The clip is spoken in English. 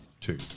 Two